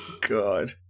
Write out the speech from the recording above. God